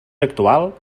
actual